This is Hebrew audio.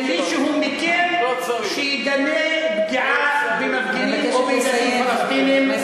אני עדיין מחכה למישהו מכם שיגנה פגיעה במפגינים או באזרחים פלסטינים.